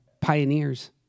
pioneers